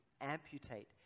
amputate